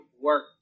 work